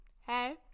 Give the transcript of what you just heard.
hey